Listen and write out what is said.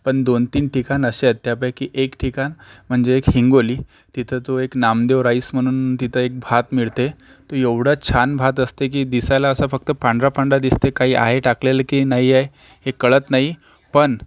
पण दोन तीन ठिकाण असे आहेत त्यापैकी एक ठिकाण म्हणजे एक हिंगोली तिथं तो एक नामदेव राईस म्हणून तिथं एक भात मिळते तो एवढा छान भात असते की दिसायला असा फक्त पांढरा पांढरा दिसते काही आहे टाकलेलं की नाही आहे हे कळत नाही पण